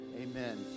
Amen